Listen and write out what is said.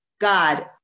God